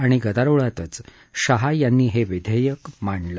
आणि गदारोळातच शहा यांनी हे विधेयक मांडलं